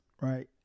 right